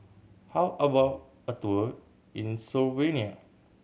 how about a tour in Slovenia